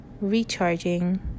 recharging